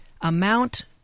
amount